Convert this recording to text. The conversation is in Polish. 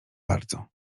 bardzo